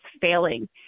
failing